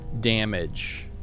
damage